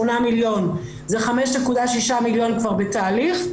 זה 5.6 מיליון כבר בתהליך,